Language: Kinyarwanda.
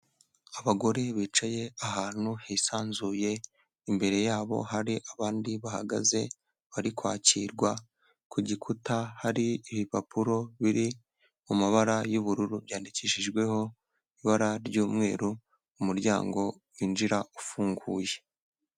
Abagore bicaye ahantu hisanzuye, imbere yabo hari abandi bahagaze bari kwakirwa, ku gikuta hari ibipapuro biri mu mabara y'ubururu byandikishijweho ibara ry'umweru, umuryango winjira ufunguye.